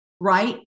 right